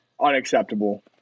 Unacceptable